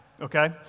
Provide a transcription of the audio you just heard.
okay